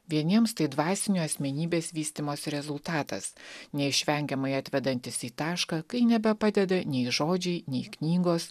vieniems tai dvasinio asmenybės vystymosi rezultatas neišvengiamai atvedantis į tašką kai nebepadeda nei žodžiai nei knygos